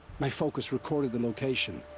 my focus recorded the location.